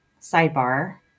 Sidebar